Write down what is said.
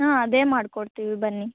ಹಾಂ ಅದೇ ಮಾಡಿಕೊಡ್ತೀವಿ ಬನ್ನಿ